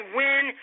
win